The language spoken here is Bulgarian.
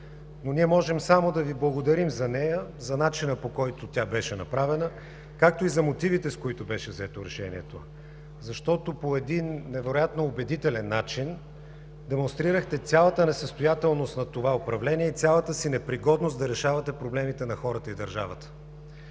но ние можем само да Ви благодарим за нея, за начина, по който тя беше направена, както и за мотивите, с които беше взето решението, защото по един невероятно убедителен начин демонстрирахте цялата несъстоятелност на това управление и цялата си непригодност да решавате проблемите на хората и държавата.